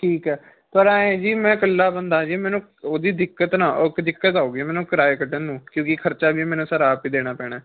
ਠੀਕ ਹੈ ਪਰ ਐਂਏ ਜੀ ਮੈਂ ਇਕੱਲਾ ਬੰਦਾ ਜੀ ਮੈਨੂੰ ਉਹਦੀ ਦਿੱਕਤ ਨਾ ਓਕੇ ਦਿੱਕਤ ਆਊਗੀ ਮੈਨੂੰ ਕਿਰਾਏ ਕੱਢਣ ਨੂੰ ਕਿਉਂਕਿ ਖਰਚਾ ਵੀ ਮੈਨੂੰ ਸਾਰਾ ਆਪ ਹੀ ਦੇਣਾ ਪੈਣਾ